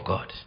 God